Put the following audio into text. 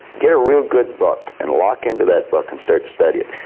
get a real good book, and lock into that book and start studying.